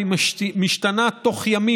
והיא משתנה תוך ימים,